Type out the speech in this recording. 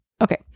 Okay